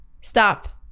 stop